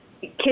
kids